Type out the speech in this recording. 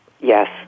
Yes